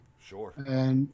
Sure